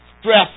stress